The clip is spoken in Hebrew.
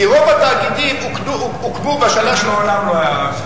כי רוב התאגידים הוקמו בשנה, זה מעולם לא היה.